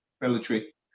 military